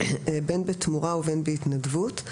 בין בתמורה ובין בהתנדבות,